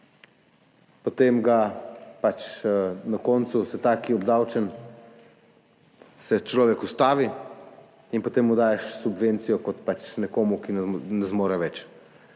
obdavči, na koncu se ta, ki je obdavčen, se človek ustavi in potem mu daješ subvencijo kot nekomu, ki ne zmore več.